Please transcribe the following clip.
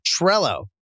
Trello